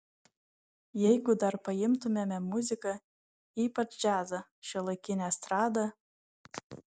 jeigu dar paimtumėme muziką ypač džiazą šiuolaikinę estradą